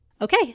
Okay